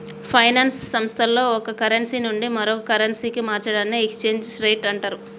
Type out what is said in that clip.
finance సంస్థల్లో ఒక currency నుండి మరో కరెన్సీకి మార్చడాన్ని ఎక్స్చేంజ్ రేట్ అంటరు